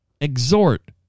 Exhort